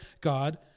God